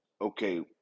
Okay